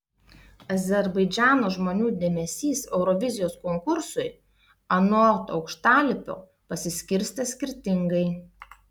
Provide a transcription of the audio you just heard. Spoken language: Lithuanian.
azerbaidžano žmonių dėmesys eurovizijos konkursui anot aukštalipio pasiskirstęs skirtingai